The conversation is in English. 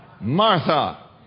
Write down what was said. Martha